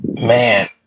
Man